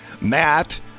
Matt